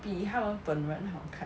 比他们本人好看